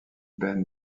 ben